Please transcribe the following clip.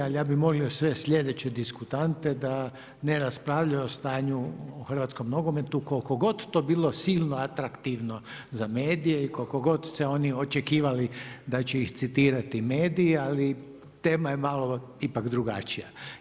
Ali, ja bi molio sve sljedeće diskutante, da ne raspravlja o stanju u hrvatskom nogometu, koliko god to bilo silno atraktivno za medije i koliko god se oni očekivali da će ih citirati medije, ali tema je malo ipak drugačija.